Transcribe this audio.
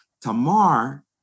Tamar